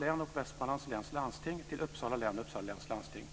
län och Västmanlands läns landsting till Uppsala län och Uppsala läns landsting.